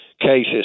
cases